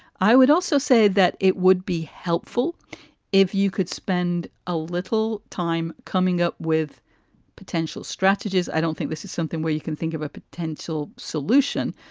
i would also say that it would be helpful if you could spend a little time coming up with potential strategies. i don't think this is something where you can think of a potential solution.